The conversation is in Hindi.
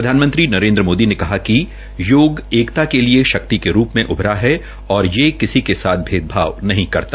प्रधानमंत्री नरेन्द्र मोदी ने कहा कि योग एकता के लिए शक्ति के रूप में उभरा है और ये किसी के साथ भेदभाव नहीं करता